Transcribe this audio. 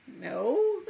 no